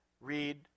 read